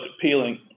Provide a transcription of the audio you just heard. appealing